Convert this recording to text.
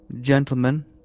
Gentlemen